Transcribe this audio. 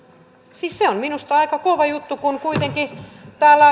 siis se on minusta aika kova juttu kun kuitenkin täällä